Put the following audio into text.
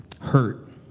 hurt